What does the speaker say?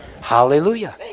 Hallelujah